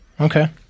Okay